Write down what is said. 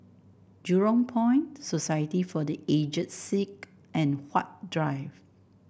Jurong Point Society for The Aged Sick and Huat Drive